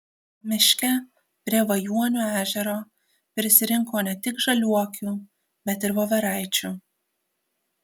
miške prie vajuonio ežero prisirinko ne tik žaliuokių bet ir voveraičių